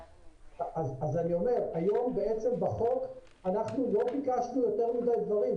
אני אומר שהיום בעצם בחוק אנחנו לא ביקשנו יותר מדי דברים.